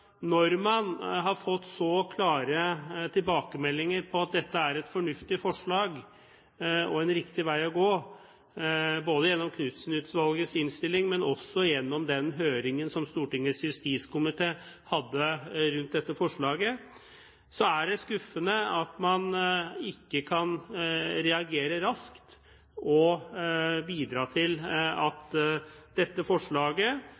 når man har fått så klare tilbakemeldinger på at dette er et fornuftig forslag og en riktig vei å gå, både gjennom Knudsen-utvalgets innstilling og gjennom den høringen som Stortingets justiskomité hadde om dette forslaget, er det skuffende at man ikke kan reagere raskt og bidra til at dette forslaget